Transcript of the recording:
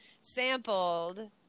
sampled